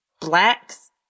Blacks